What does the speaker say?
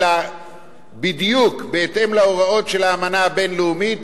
אלא בדיוק בהתאם להוראות של האמנה הבין-לאומית,